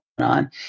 on